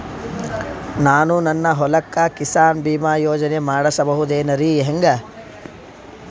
ನಾನು ನನ್ನ ಹೊಲಕ್ಕ ಕಿಸಾನ್ ಬೀಮಾ ಯೋಜನೆ ಮಾಡಸ ಬಹುದೇನರಿ ಹೆಂಗ?